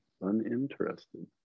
uninterested